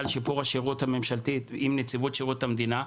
לשיפור השירות הממשלתי עם נציבות שירות המדינה.